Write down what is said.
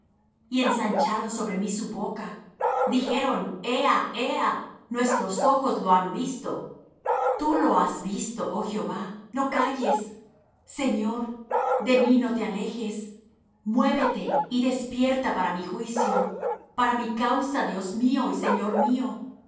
y ensancharon sobre mí su boca dijeron ea ea nuestros ojos lo han visto tú lo has visto oh jehová no calles señor de mí no te alejes muévete y despierta para mi juicio para mi causa dios mío y señor mío